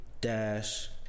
dash